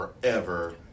forever